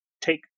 take